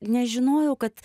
nežinojau kad